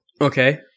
Okay